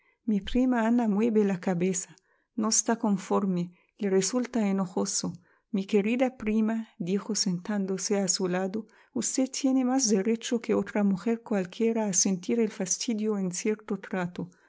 mi prima ana mueve la cabeza no está conforme le resulta enojoso mi querida primadijo sentándose a su lado usted tiene más derecho que otra mujer cualquiera a sentir el fastidio en cierto